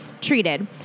Treated